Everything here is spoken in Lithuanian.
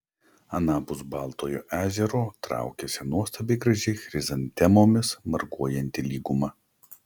anapus baltojo ežero traukėsi nuostabiai graži chrizantemomis marguojanti lyguma